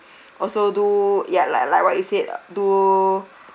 also do ya like like what you said uh do